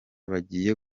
bagiye